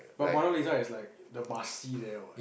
but Mona Lisa is like the must see there what